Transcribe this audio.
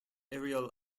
ariel